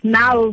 now